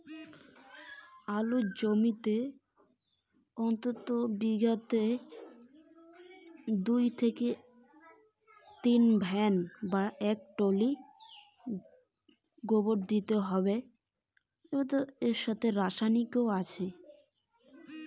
আলু চাষ করার সময় কি পরিমাণ গোবর সার ব্যবহার করতে হবে?